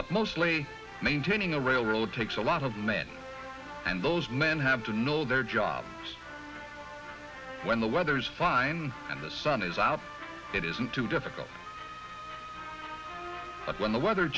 but mostly maintaining a railroad takes a lot of men and those men have to know their jobs when the weather is fine and the sun is out that isn't too difficult when the weather